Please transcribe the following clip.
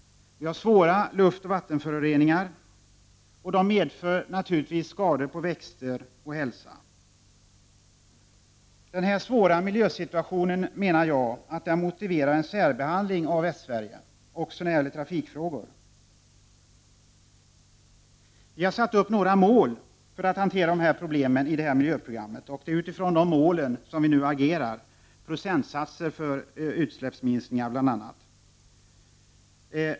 Vi har svåra luftoch vattenföroreningar, som naturligtvis medför skador på växter och vår hälsa. Denna svåra miljösituation motiverar en särbehandling av Västsverige också när det gäller trafikfrågor. Vi har satt upp några mål i miljöprogrammet för att hantera dessa problem. Det är utifrån dessa mål, bl.a. med uppsatta procentsatser för utsläppsminskningar, som vi agerar.